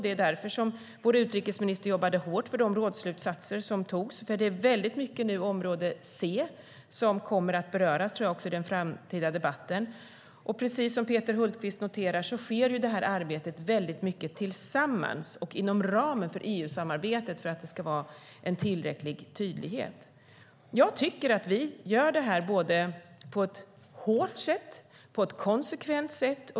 Det är därför vår utrikesminister jobbade hårt för de rådsslutsatser som antogs, för jag tror att det är väldigt mycket område C som kommer att beröras i den framtida debatten. Precis som Peter Hultqvist noterar sker det här arbetet väldigt mycket tillsammans och inom ramen för EU-samarbetet för att det ska vara en tillräcklig tydlighet. Jag tycker att vi gör det här på både ett hårt och konsekvent sätt.